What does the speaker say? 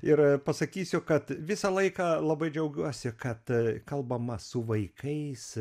ir pasakysiu kad visą laiką labai džiaugiuosi kad kalbama su vaikais